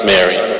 Mary